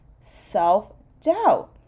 self-doubt